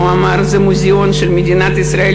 הוא אמר: זה מוזיאון של מדינת ישראל,